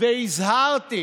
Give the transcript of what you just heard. והזהרתי